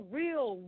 real